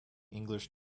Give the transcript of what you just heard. english